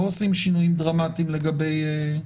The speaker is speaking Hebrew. לא עושים שינויים דרמטיים לגביהם?